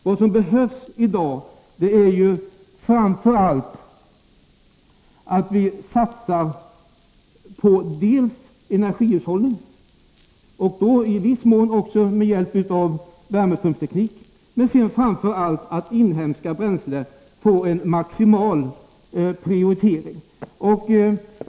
Vad som behövs i dag är att vi satsar på energihushållning —i viss mån också med hjälp av värmepumpteknik — men framför allt att inhemska bränslen får maximal prioritering.